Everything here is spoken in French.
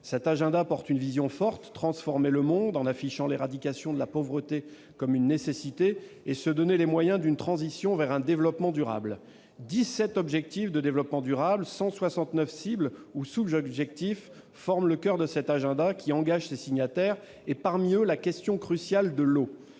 Cet agenda est porteur d'une vision forte : transformer le monde en affichant l'éradication de la pauvreté comme une nécessité et se donner les moyens d'une transition vers un développement durable. Dix-sept objectifs de développement durable et 169 cibles ou sous-objectifs forment le coeur de cet agenda, qui engage ses signataires. Une partie de ces engagements